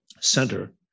center